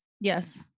yes